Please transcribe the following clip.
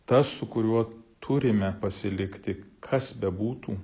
tas su kuriuo turime pasilikti kas bebūtų